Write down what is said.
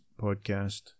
podcast